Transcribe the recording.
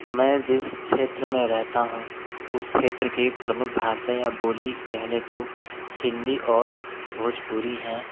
मैं जिस क्षेत्र में रहता हूँ उस क्षेत्र की प्रमुख भाषें और बोली कह लें तो हिन्दी और भोजपुरी हैं